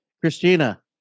christina